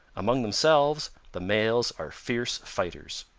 among themselves the males are fierce fighters.